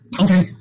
Okay